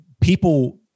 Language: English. people-